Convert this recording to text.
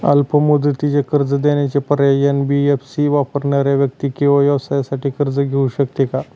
अल्प मुदतीचे कर्ज देण्याचे पर्याय, एन.बी.एफ.सी वापरणाऱ्या व्यक्ती किंवा व्यवसायांसाठी कर्ज घेऊ शकते का?